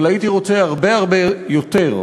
אבל הייתי רוצה הרבה הרבה יותר.